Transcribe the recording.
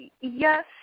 Yes